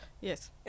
yes